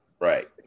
Right